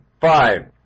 Five